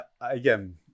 Again